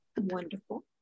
Wonderful